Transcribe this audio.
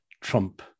Trump